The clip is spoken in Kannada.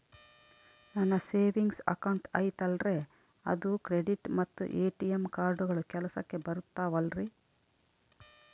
ನನ್ನ ಸೇವಿಂಗ್ಸ್ ಅಕೌಂಟ್ ಐತಲ್ರೇ ಅದು ಕ್ರೆಡಿಟ್ ಮತ್ತ ಎ.ಟಿ.ಎಂ ಕಾರ್ಡುಗಳು ಕೆಲಸಕ್ಕೆ ಬರುತ್ತಾವಲ್ರಿ?